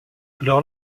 leur